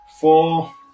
four